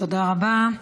תודה רבה.